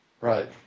Right